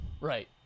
Right